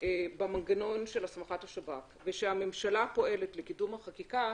במנגנון של הסמכת השב"כ ושהממשלה פועלת לקידום החקיקה